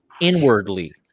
inwardly